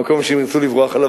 המקום שהם ירצו לברוח אליו,